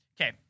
Okay